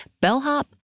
bellhop